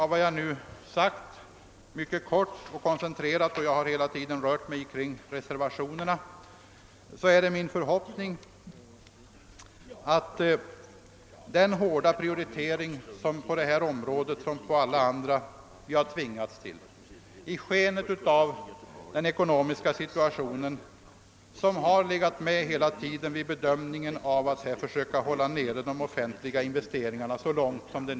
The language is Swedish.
Vid den hårda prioriteringen på detta område, liksom på alla övriga områden, där vi har tvingats till en sådan i skenet av den ekonomiska situationen, har hänsyn hela tiden tagits till nödvändigheten att försöka hålla nere de offentliga investeringarna så långt som möjligt.